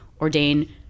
ordain